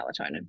melatonin